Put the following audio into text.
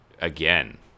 again